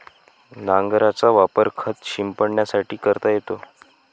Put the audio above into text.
नांगराचा वापर खत शिंपडण्यासाठी करता येतो